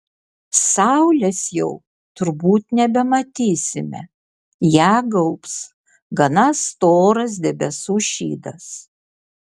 saulės jau turbūt nebematysime ją gaubs gana storas debesų šydas